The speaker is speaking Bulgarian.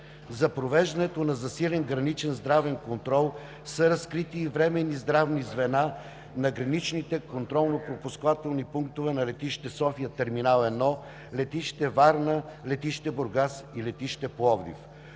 За провеждането на засилен граничен здравен контрол са разкрити и временни здравни звена на граничните контролно-пропускателни пунктове на летище София – Терминал 1, летище Варна, летище Бургас и летище Пловдив.